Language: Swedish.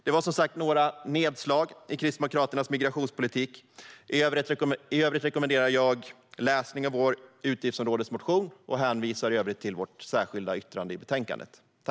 Detta var några nedslag i Kristdemokraternas migrationspolitik. Jag rekommenderar läsning av vår utgiftsområdesmotion och hänvisar i övrigt till vårt särskilda yttrande i betänkandet.